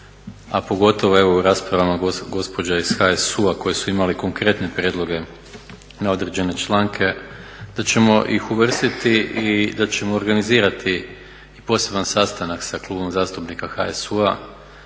a pogotovo u raspravama gospođa iz HSU-a koje su imale konkretne prijedloge na određene članke da ćemo ih uvrstiti i da ćemo organizirati i poseban sastanak sa Klubom zastupnika HSU-a